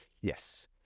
Yes